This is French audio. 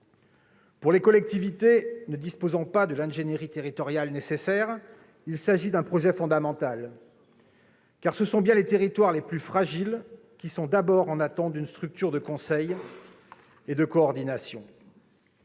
Pour les collectivités ne disposant pas de l'ingénierie territoriale nécessaire, il s'agit d'un projet fondamental. Car ce sont bien les territoires les plus fragiles qui sont d'abord en attente d'une structure de conseil et de coordination.